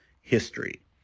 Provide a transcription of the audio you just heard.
history